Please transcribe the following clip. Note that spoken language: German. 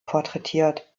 porträtiert